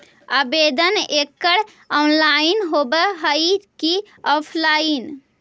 आवेदन एकड़ ऑनलाइन होव हइ की ऑफलाइन?